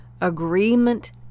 agreement